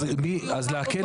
אז להקל על זה,